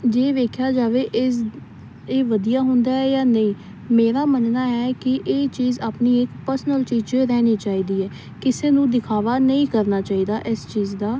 ਜੇ ਵੇਖਿਆ ਜਾਵੇ ਇਸ ਇਹ ਵਧੀਆ ਹੁੰਦਾ ਜਾਂ ਨਹੀਂ ਮੇਰਾ ਮੰਨਣਾ ਹੈ ਕਿ ਇਹ ਚੀਜ਼ ਆਪਣੀ ਇੱਕ ਪਰਸਨਲ ਚੀਜ਼ ਜੋ ਰਹਿਣੀ ਚਾਹੀਦੀ ਹੈ ਕਿਸੇ ਨੂੰ ਦਿਖਾਵਾ ਨਹੀਂ ਕਰਨਾ ਚਾਹੀਦਾ ਇਸ ਚੀਜ਼ ਦਾ